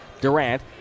Durant